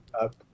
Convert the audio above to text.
up